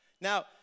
Now